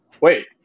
wait